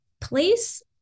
Place-